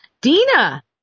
Dina